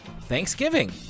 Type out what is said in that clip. Thanksgiving